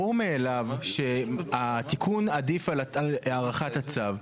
ברור מאליו שהתיקון עדיף על הארכת הצו.